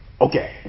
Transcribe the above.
okay